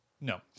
No